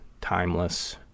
timeless